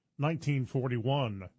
1941